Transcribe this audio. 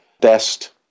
best